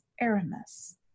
Aramis